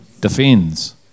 Defends